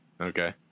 Okay